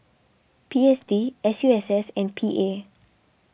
P S D S U S S and P A